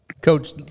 Coach